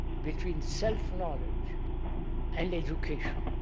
between self-knowledge and education?